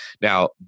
Now